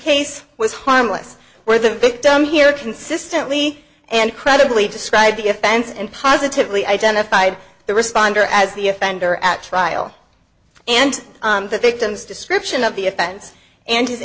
case was harmless where the victim here consistently and credibly described the defense and positively identified the responder as the offender at trial and the victim's description of the offense and is